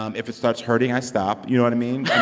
um if it starts hurting, i stop. you know what i mean?